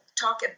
talk